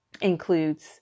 includes